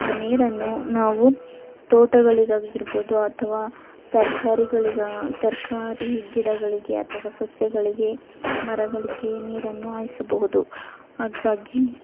ಆ ನೀರನ್ನು ನಾವು ತೋಟಗಳಿಗಾಗಿರ್ಬೋದು ಅಥವಾ ತರಕಾರಿಗಳಿಗಾ ತರಕಾರಿ ಗಿಡಗಳಿಗೆ ಅಥವಾ ಸಸ್ಯಗಳಿಗೆ ಮರಗಳಿಗೆ ನೀರನ್ನು ಹಾಯಿಸಬಹುದು ಹಾಗಾಗಿ